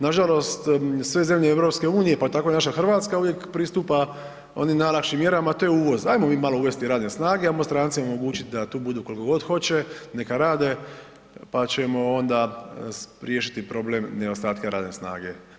Nažalost, sve zemlje EU-a pa tako i naša Hrvatska uvijek pristupa onim najlakšim mjerama, ajmo mi malo uvesti radne snage, ajmo strancima omogućit da tu budu koliko god hoće, neka rade pa ćemo onda riješiti problem nedostatka radne snage.